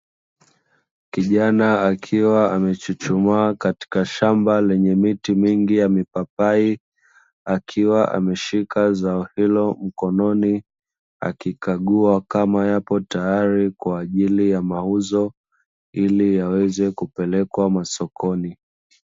Kijana akiwa amechuchumaa katika shamba lenye miti mingi ya mipapai, akiwa ameshika zao hilo mkononi, akikagua kama yapo tayari kwa ajili ya mauzo, ili yaweze kupelekwa masokoni.